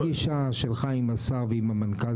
סגן שר החקלאות ופיתוח הכפר